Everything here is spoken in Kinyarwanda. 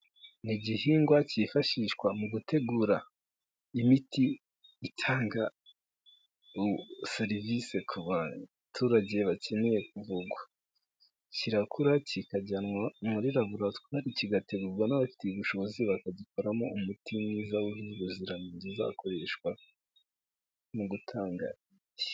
Ni igihingwa cyifashishwa mu gutegura imiti, itanga serivisi ku baturage bakeneye kuvugwa. Kirakura kikajyanwa muri laboratwari kigategurwa n'abafitetiye ubushobozi, bakagikoramo umuti mwiza wujuje ubuziranenge, uzakoreshwa mu gutanga imiti.